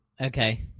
Okay